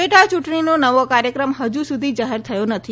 પૈટાચૂંટણીનો નવો કાર્યક્રમ હજુ સુધી જાહેર થયો નથી